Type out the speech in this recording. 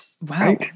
Wow